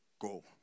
go